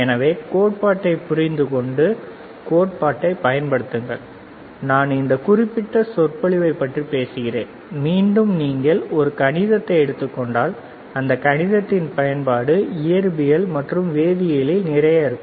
எனவே கோட்பாடை புரிந்து கொண்டு கோட்பாட்டைப் பயன்படுத்துங்கள் நான் இந்த குறிப்பிட்ட சொற்பொழிவைப் பற்றி பேசுகிறேன் மீண்டும் நீங்கள் ஒரு கணிதத்தை எடுத்துக் கொண்டால் அந்த கணிதத்தின் பயன்பாடு இயற்பியலில் மற்றும வேதியியலில் நிறைய இருக்கும்